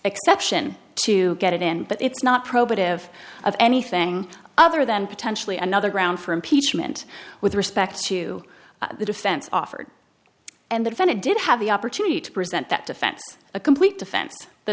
exception to get it in but it's not probative of anything other than potentially another grounds for impeachment with respect to the defense offered and the defendant did have the opportunity to present that defense a complete defense the